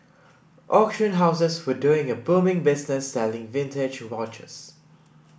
auction houses were doing a booming business selling vintage watches